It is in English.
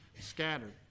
scattered